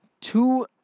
two